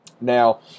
Now